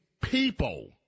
people